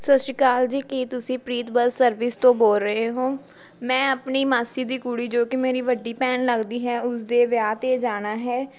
ਸਤਿ ਸ਼੍ਰੀ ਅਕਾਲ ਜੀ ਕੀ ਤੁਸੀਂ ਪ੍ਰੀਤ ਬੱਸ ਸਰਵਿਸ ਤੋਂ ਬੋਲ ਰਹੇ ਹੋਂ ਮੈਂ ਆਪਣੀ ਮਾਸੀ ਦੀ ਕੁੜੀ ਜੋ ਕਿ ਮੇਰੀ ਵੱਡੀ ਭੈਣ ਲੱਗਦੀ ਹੈ ਉਸਦੇ ਵਿਆਹ 'ਤੇ ਜਾਣਾ ਹੈ